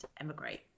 emigrate